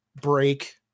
break